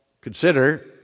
consider